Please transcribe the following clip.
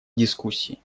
дискуссии